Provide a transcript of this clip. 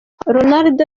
ronaldo